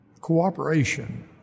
cooperation